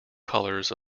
colours